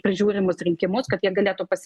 prižiūrimus rinkimus kad jie galėtų pasi